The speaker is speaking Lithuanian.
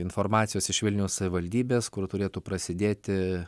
informacijos iš vilniaus savivaldybės kur turėtų prasidėti